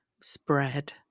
spread